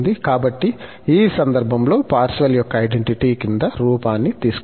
కాబట్టి ఈ సందర్భంలో పార్సెవల్ యొక్క ఐడెంటిటీ క్రింది రూపాన్ని తీసుకుంటుంది